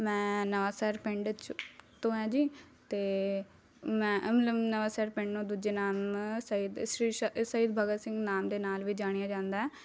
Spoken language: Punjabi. ਮੈਂ ਨਵਾਂਸ਼ਹਿਰ ਪਿੰਡ 'ਚ ਤੋਂ ਹੈ ਜੀ ਅਤੇ ਮੈਂ ਮਤਲਬ ਨਵਾਂਸ਼ਹਿਰ ਪਿੰਡ ਨੂੰ ਦੂਜੇ ਨਾਮ ਸ਼ਹੀਦ ਸ਼੍ਰੀ ਸ ਸ਼ਹੀਦ ਭਗਤ ਸਿੰਘ ਨਾਮ ਦੇ ਨਾਲ ਵੀ ਜਾਣਿਆ ਜਾਂਦਾ ਹੈ